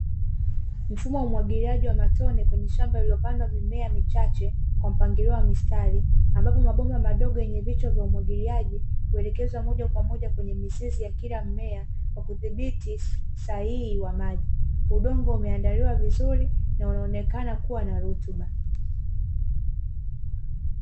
Mfumo wa umwagiliaji wa matone, kwenye shamba lililo pandwa mimea michache, kwa mpangilio wa mistari ambapo mabomba madogo yenye vichwa vya umwagiliaji, kuelekeza moja kwa moja kwenyemizizi ya kila mmea, kwa kudhibiti, usahihi wa maji, udongo umeandaliwa vizuri na unaonekana kuwa wenye rutuba.